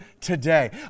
today